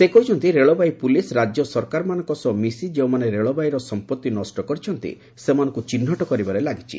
ସେ କହିଛନ୍ତି railway police ରାଜ୍ୟ ସରକାରମାନଙ୍କ ସହ ମିଶି ଯେଉଁମାନେ ରେଳବାଇର ସମ୍ପତ୍ତି ନଷ୍ଟ କରିଛନ୍ତି ସେମାନଙ୍କୁ ଚିହ୍ରଟ କରିବାରେ ଲାଗିଛି